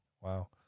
Wow